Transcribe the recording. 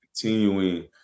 continuing